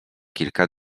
kilka